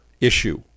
issue